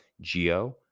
geo